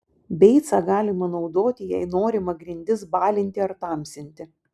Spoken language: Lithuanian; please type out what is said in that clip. beicą galima naudoti jei norima grindis balinti ar tamsinti